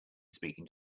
speaking